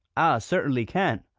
ah cert'nly can't!